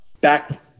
back